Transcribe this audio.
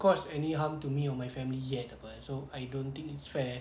cause any harm to me or my family yet apa so I don't think it's fair